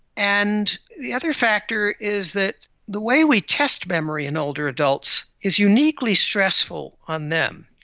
and the other factor is that the way we test memory in older adults is uniquely stressful on them.